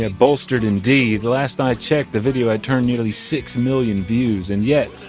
and bolstered indeed last i checked the video had turned nearly six million views. and yet,